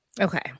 Okay